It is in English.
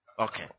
Okay